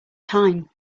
time